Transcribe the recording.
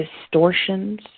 distortions